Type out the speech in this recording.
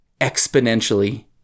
exponentially